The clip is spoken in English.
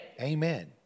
Amen